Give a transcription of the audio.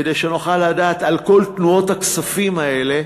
כדי שנוכל לדעת על כל תנועות הכספים האלה.